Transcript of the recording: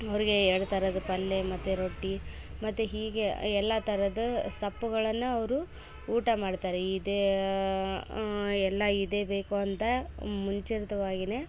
ಅವರಿಗೆ ಎರಡು ಥರದ ಪಲ್ಯ ಮತ್ತು ರೊಟ್ಟಿ ಮತ್ತು ಹೀಗೆ ಎಲ್ಲಾ ಥರದ್ ಸಪ್ಪುಗಳನ್ನ ಅವರು ಊಟ ಮಾಡ್ತಾರೆ ಇದೇ ಎಲ್ಲ ಇದೆ ಬೇಕು ಅಂತ ಮುಂಚಿತವಾಗಿನೆ